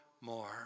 more